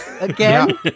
again